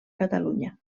catalunya